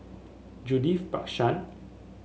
Judith Prakash